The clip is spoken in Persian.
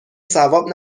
ثواب